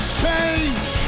change